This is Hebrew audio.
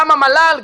גם המל"ל,